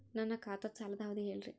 ನನ್ನ ಖಾತಾದ್ದ ಸಾಲದ್ ಅವಧಿ ಹೇಳ್ರಿ